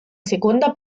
seconda